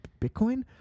bitcoin